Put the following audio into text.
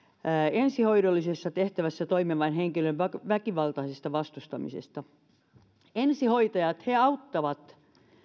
ensihoidollisessa tehtävässä toimivan henkilön väkivaltaisesta vastustamisesta ensihoitajat auttavat